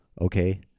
Okay